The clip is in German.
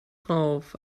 drauf